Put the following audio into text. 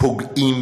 פוגעים